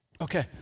Okay